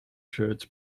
shirts